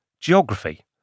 geography